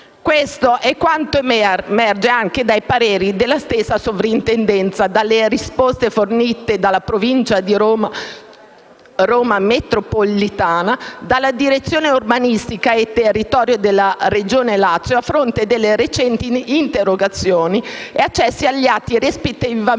Questo è quanto emerge anche dai pareri della stessa Sovrintendenza, dalle risposte fornite dalla Provincia di Roma (Roma metropolitana), dalla direzione urbanistica e territorio della Regione Lazio a fronte delle recenti interrogazioni e accessi agli atti rispettivamente